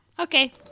Okay